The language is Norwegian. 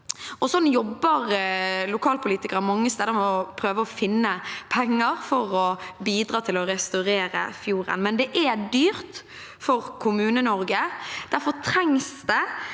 Slik jobber lokalpolitikere mange steder for å prøve å finne penger for å bidra til å restaurere fjorden. Men det er dyrt for Kommune-Norge, og derfor trengs det